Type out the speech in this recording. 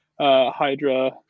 Hydra